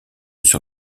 sur